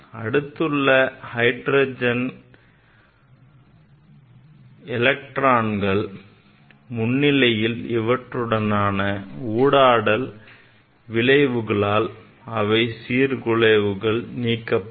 அடுத்துள்ள எலக்ட்ரான்கள் முன்னிலையில் அவற்றுடனான ஊடாடல் விளைவுகளால் அவற்றின் சீர்குலைவுகள் நீக்கப்படும்